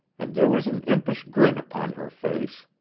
and there was an impish grin upon her face.